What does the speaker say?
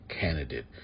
Candidate